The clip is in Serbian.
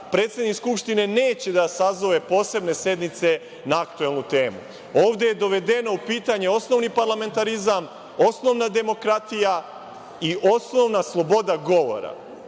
predsednik Skupštine neće da sazove posebne sednice na aktuelnu temu. Ovde je doveden u pitanje osnovni parlamentarizam, osnovna demokratija i osnovna sloboda govora. Danas